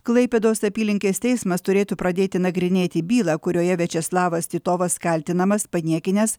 klaipėdos apylinkės teismas turėtų pradėti nagrinėti bylą kurioje viačeslavas titovas kaltinamas paniekinęs